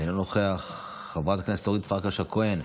אינו נוכח, חברת הכנסת אורית פרקש הכהן,